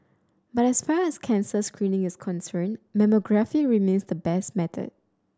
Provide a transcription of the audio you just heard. but as far as cancer screening is concerned mammography remains the best method